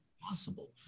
possible